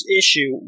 issue